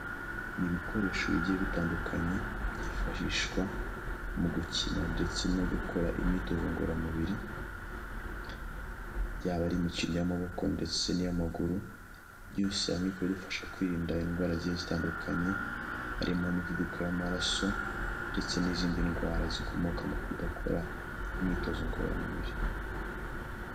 Ni ibikoresho bigiye bitandukanye, byifashishwa mu gukina ndetse no gukora imyitozo ngororamubiri, yaba ari imikino y'amaboko ndetse n'iy'amaguru, byose hamwe bikaba bifasha kwirinda indwara zigiye zitandukanye, harimo nk' imimivuduko y'amaraso, ndetse n'izindi ndwara zikomoka mu kudakora imyitozo ngororamubiri.